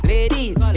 Ladies